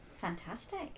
Fantastic